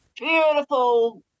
beautiful